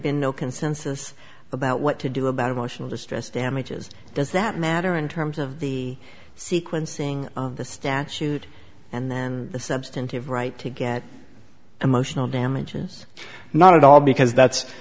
been no consensus about what to do about emotional distress damages does that matter in terms of the sequencing of the statute and then the substantive right to get emotional damages not at all because that's